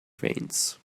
veins